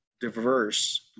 diverse